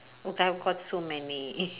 I've got so many